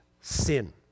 sin